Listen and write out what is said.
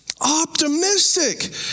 Optimistic